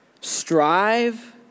Strive